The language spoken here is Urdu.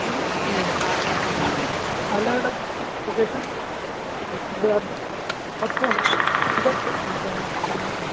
دیکھیے الگ الگ لوکیشن ٹکٹ کہاں پر ہیں دلی میں